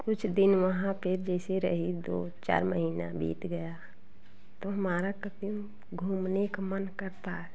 कुछ दिन वहाँ पर जैसे रही दो चार महीना बीत गया तो हमारा कभी घूमने का मन करता है